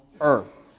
earth